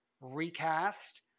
recast